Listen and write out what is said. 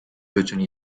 بتونی